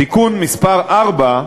תיקון מס' 4,